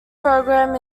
program